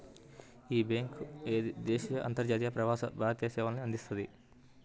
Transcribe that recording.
యీ బ్యేంకు దేశీయ, అంతర్జాతీయ, ప్రవాస భారతీయ సేవల్ని అందిస్తది